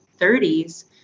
30s